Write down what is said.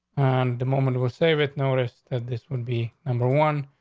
and the moment will save it. notice this would be number one,